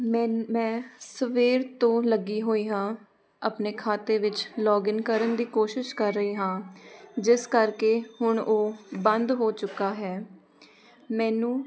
ਮੈਂ ਮੈਂ ਸਵੇਰ ਤੋਂ ਲੱਗੀ ਹੋਈ ਹਾਂ ਆਪਣੇ ਖਾਤੇ ਵਿੱਚ ਲੋਗਇਨ ਕਰਨ ਦੀ ਕੋਸ਼ਿਸ਼ ਕਰ ਰਹੀ ਹਾਂ ਜਿਸ ਕਰਕੇ ਹੁਣ ਉਹ ਬੰਦ ਹੋ ਚੁੱਕਾ ਹੈ ਮੈਨੂੰ